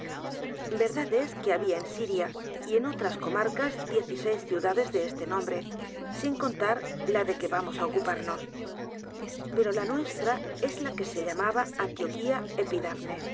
verdad es que había en siria y en otras comarcas diez y seis ciudades de este nombre sin contar la de que vamos á ocuparnos pero la nuestra es la que se llamaba antioquía